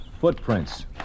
footprints